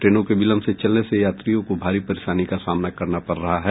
ट्रेनों के विलंब से चलने से यात्रियों को भारी परेशानी का सामना करना पड़ रहा है